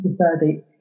thirdly